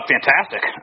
Fantastic